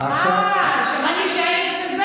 ועכשיו אני ביש עתיד.